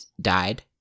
died